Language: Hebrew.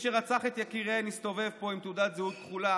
שרצח את יקיריהן מסתובב פה עם תעודת זהות כחולה,